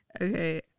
Okay